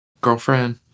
girlfriend